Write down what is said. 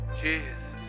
Jesus